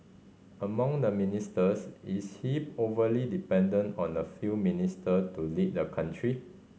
among the ministers is he overly dependent on a few minister to lead the country